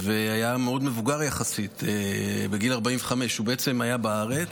הוא היה מבוגר יחסית, בגיל 45. הוא היה בארץ,